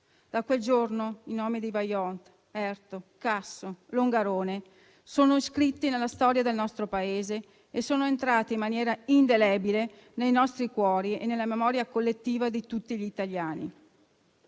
Da quel giorno i nomi di Vajont, Erto, Casso, Longarone sono scritti nella storia del nostro Paese e sono entrati in maniera indelebile nei nostri cuori e nella memoria collettiva di tutti gli italiani.